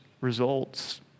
results